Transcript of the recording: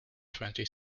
twenty